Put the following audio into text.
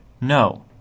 No